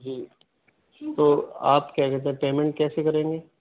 جی تو آپ کیا کہتے ہیں پیمنٹ کیسے کریں گے